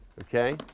okay?